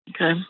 Okay